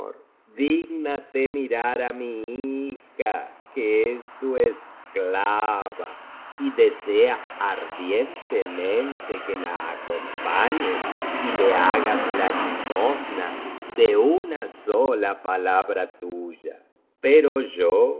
dígnate mirar á mi hija que es tu esclava y desea ardientemente que la acompañes y le hagas la limosna de una sola palabra tuya pero yo